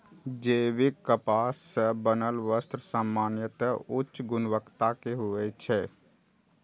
जैविक कपास सं बनल वस्त्र सामान्यतः उच्च गुणवत्ता के होइ छै